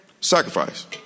Sacrifice